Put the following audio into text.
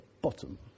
bottom